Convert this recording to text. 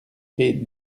crée